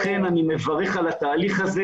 לכן אני מברך על התהליך הזה